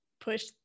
push